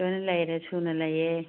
ꯂꯣꯏꯅ ꯂꯩꯔꯦ ꯁꯨꯅ ꯂꯩꯌꯦ